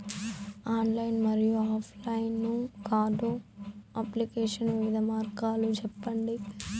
Online మరియు offline card application వివిధ మార్గాలు సెప్పండి?